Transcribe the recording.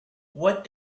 what